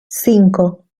cinco